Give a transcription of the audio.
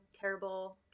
terrible